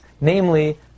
namely